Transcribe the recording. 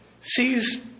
sees